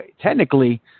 technically